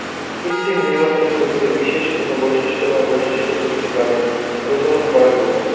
কৃত্রিম নির্বাচন কইতে বিশেষ কুনো বৈশিষ্ট্য বা বৈশিষ্ট্য গোষ্ঠীর বাদে প্রজনন করাক বুঝায়